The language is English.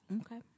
Okay